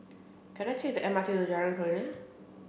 can I take the M R T to Jalan Kurnia